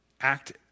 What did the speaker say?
act